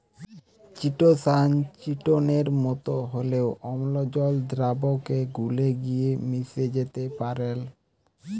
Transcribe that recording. chitosan চিটোনের মতো হলেও অম্লজল দ্রাবকে গুলে গিয়ে মিশে যেতে পারেল